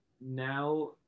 Now